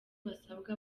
basabwa